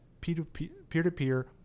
peer-to-peer